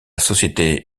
société